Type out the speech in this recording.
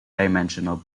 dimensional